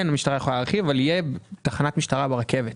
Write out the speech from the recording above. כן, תהיה תחנת משטרה ברכבת.